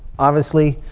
obviously,